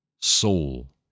soul